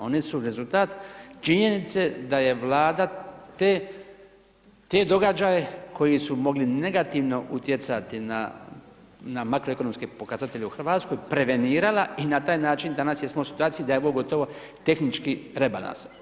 Oni su rezultat činjenice da je Vlada te događaje koji su mogli negativno utjecati na, na makroekonomske pokazatelje u Hrvatskoj prevenirala i na ta način danas jesmo u situaciji da je ovo gotovo tehnički rebalans.